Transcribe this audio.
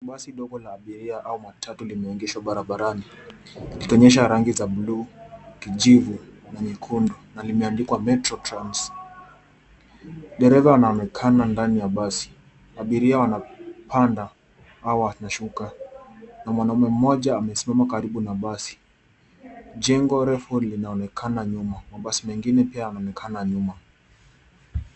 Basi ndogo la abiria au matatu limeegeshwa barabarani, likionyesha rangi za buluu, kijivu na nyekundu na limeandikwa metrotrans . Dereva anaonekana ndani ya basi . Abiria wanapanda au wanashuka, na mwanaume mmoja amesimama karibu na basi. Jengo refu linaonekana nyuma. Mabasi mengine pia yanaonekana nyuma.